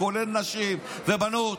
כולל נשים ובנות.